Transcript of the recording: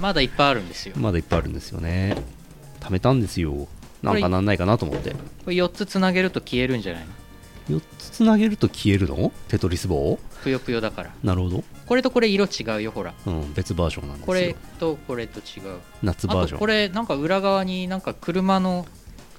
まだいっぱいあるんですよ。まだいっぱいあるんですよね。貯めたんですよ。なんかなんないかなと思って。これ- これ四つつなげると消えるんじゃないの？四つつなげると消えるの？テトリス棒？ぷよぷよだから。なるほど。これとこれ色違うよ、ほら。うん、別バージョンなんですよ。これとこれと違う。夏バージョン。あとこれなんか裏側になんか車の